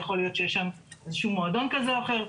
יכול להיות שיהיה שם איזה שהוא מועדון כזה או אחר.